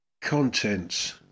Contents